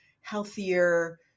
healthier